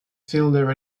fielder